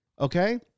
Okay